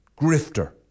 grifter